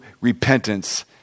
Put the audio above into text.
repentance